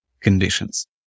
conditions